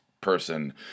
person